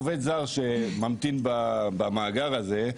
עובד זר שממתין במאגר הזה,